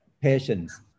Patience